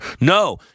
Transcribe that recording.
No